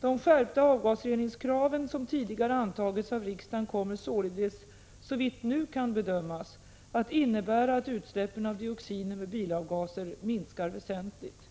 De skärpta avgasreningskrav som tidigare antagits av riksdagen kommer således, såvitt nu kan bedömas, att innebära att utsläppen av dioxiner med bilavgaser minskar väsentligt.